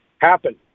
happen